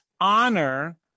honor